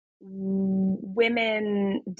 women